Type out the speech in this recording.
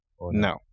No